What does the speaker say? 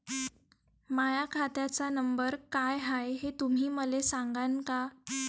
माह्या खात्याचा नंबर काय हाय हे तुम्ही मले सागांन का?